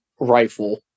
rifle